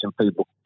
people